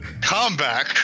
Comeback